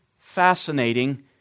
fascinating